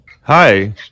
Hi